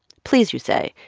please, you say,